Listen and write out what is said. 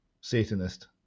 Satanist